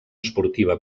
esportiva